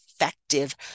Effective